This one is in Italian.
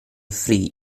free